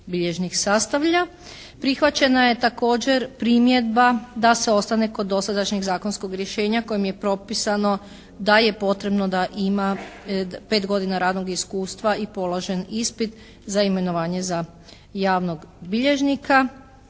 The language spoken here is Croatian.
bilježnik sastavlja. Prihvaćena je također primjedba da se ostane kod dosadašnjeg zakonskog rješenja kojim je propisano da je potrebno da ima pet godina radnog iskustva i položen ispit za imenovanje za javnog bilježnika.